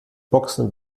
boxen